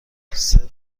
صدق